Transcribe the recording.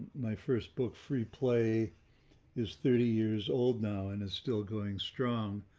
my first book free play is thirty years old now and is still going strong.